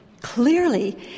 Clearly